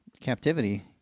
captivity